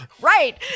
Right